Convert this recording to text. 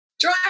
Try